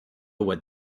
what